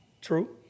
True